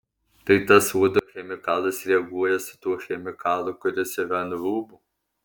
tai tas uodo chemikalas reaguoja su tuo chemikalu kuris yra ant rūbų